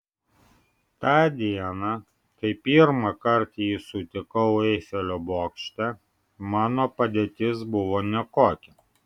tą dieną kai pirmąkart jį sutikau eifelio bokšte mano padėtis buvo nekokia